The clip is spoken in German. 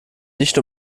nicht